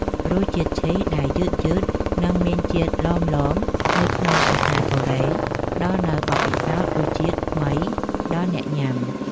រសជាតិឈីសដែលយឺតៗនិងមានជាតិឡមៗនៅក្នុងអាហារកូរ៉េផ្តល់នូវបទពិសោធន៍រសជាតិថ្មីដល់អ្នកញ៉ាំ។